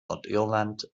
nordirland